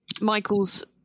Michael's